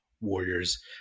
Warriors